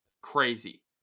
crazy